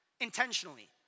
Intentionally